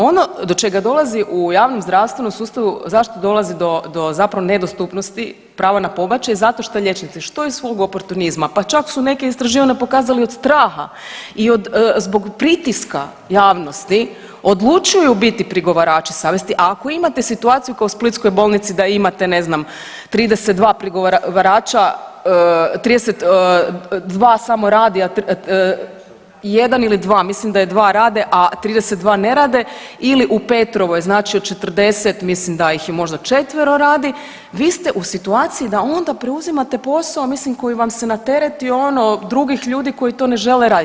Ono do čega dolazi u javnozdravstvenom sustavu, zašto dolazi do zapravo nedostupnosti prava na pobačaj zato što liječnici, što iz svog oportunizma, pa čak su neka istraživanja pokazali od straha i od, zbog pritiska javnosti odlučuju biti prigovarači savjesti, a ako imate situaciju kao u splitskoj bolnici da imate, ne znam, 32 prigovarača, 32 samo radi, a 1 ili 2, mislim da je 2, rade, a 32 ne rade ili u Petrovoj, znači od 40, mislim da ih možda 4 radi, vi ste u situaciji da onda preuzimate posao mislim, koji vam se nateretiti ono drugih ljudi koji to ne žele raditi.